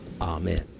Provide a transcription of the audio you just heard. Amen